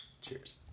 Cheers